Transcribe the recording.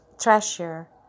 treasure